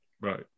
Right